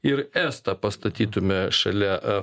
ir estą pastatytume šalia